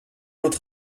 autre